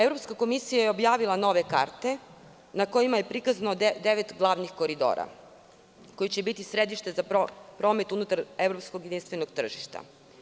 Evropska komisija je objavila nove karte na kojima je prikazano devet glavnih koridora koji će biti središte za promet unutar evropskog jedinstvenog tržišta.